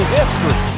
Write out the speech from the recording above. history